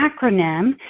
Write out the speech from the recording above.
acronym